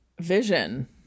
vision